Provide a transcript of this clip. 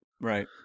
Right